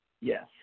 Yes